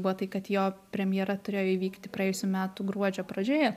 buvo tai kad jo premjera turėjo įvykti praėjusių metų gruodžio pradžioje